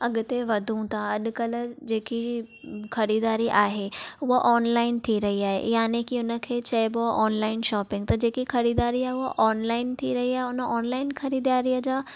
अॻिते वधूं था अॼुकल्ह जेकी ख़रीदारी आहे उहो ऑनलाइन थी रही आहे यानी की हुन खे चएबो आहे ऑनलाइन शॉपिंग त जेकी ख़रीदारी आहे उह ऑनलाइन थी रही आहे हुन ऑनलाइन ख़रीदारीअ जा